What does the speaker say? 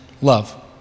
love